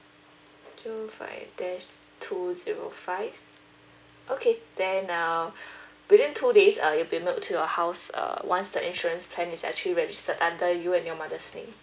two five dash two zero five okay then um within two days uh it'll be mailed to your house uh once the insurance plan is actually registered under you and your mother's name